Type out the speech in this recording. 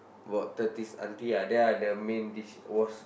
about thirties auntie ah they are the main dishwash~